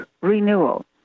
renewal